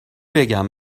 بگم